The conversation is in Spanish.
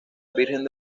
virgen